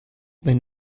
wenn